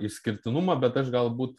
išskirtinumą bet aš galbūt